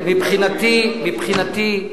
מבחינתי,